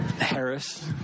Harris